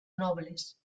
nobles